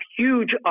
huge